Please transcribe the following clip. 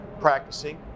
practicing